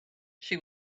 she